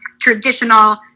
traditional